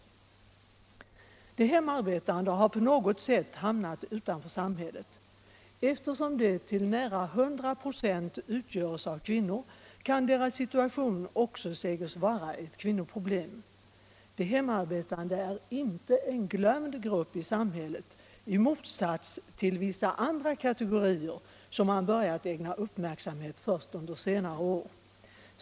De hemarbetande har på något sätt hamnat utanför samhället. Eftersom de till nära 100 "v utgörs av kvinnor kan deras situation också sägas vara ett kvinnoproblem. De hemarbetande är inte en glömd grupp i samhället, i motsats till vissa andra kategorier som man har börjat ägna uppmärksamhet åt först under senare år.